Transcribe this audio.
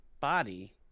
body